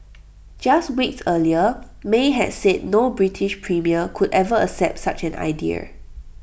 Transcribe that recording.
just weeks earlier may had said no British premier could ever accept such an idea